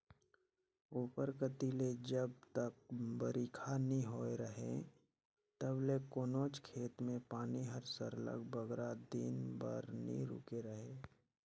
उपर कती ले जब तक बरिखा नी होए रहें तब ले कोनोच खेत में पानी हर सरलग बगरा दिन बर नी रूके रहे